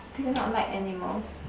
do you not like animals